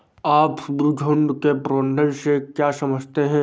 आप सभी झुंड के प्रबंधन से क्या समझते हैं?